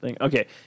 Okay